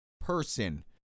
person